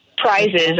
Prizes